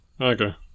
Okay